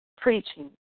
preaching